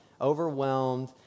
overwhelmed